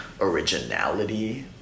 originality